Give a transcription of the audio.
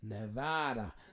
Nevada